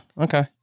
okay